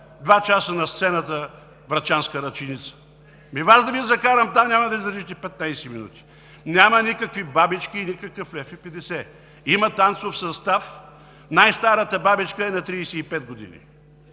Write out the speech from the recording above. два часа на сцената врачанска ръченица? Ми и Вас да Ви закарам там, няма да издържите 15 минути. Няма никакви бабички и никакъв лев и петдесет! Има танцов състав. Най-старата бабичка е на 35 години!